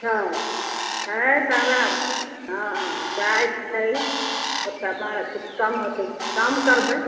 छै छै तऽ हमरा हँ जाइक छै ओतऽ बाहर किछु कम होते कम करबै